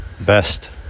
best